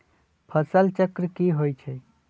फसल चक्र की होइ छई?